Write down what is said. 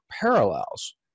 parallels